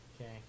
Okay